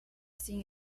sin